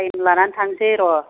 time लानानै थांनोसै र'